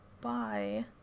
bye